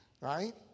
right